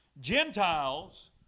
Gentiles